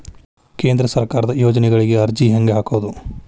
ಕೇಂದ್ರ ಸರ್ಕಾರದ ಯೋಜನೆಗಳಿಗೆ ಅರ್ಜಿ ಹೆಂಗೆ ಹಾಕೋದು?